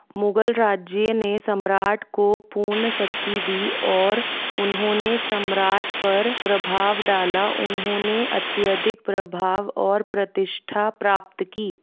मुगल राज्य ने सम्राट को पूर्ण शक्ति दी और उन्होंने सम्राट पर प्रभाव डाला उन्होंने अत्यधिक प्रभाव और प्रतिष्ठा प्राप्त की